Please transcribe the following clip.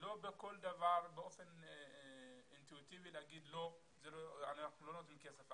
לא בכל דבר באופן אינטואיטיבי צריך לומר לא ושהוא לא נותן כסף.